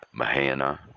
Mahana